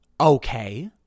okay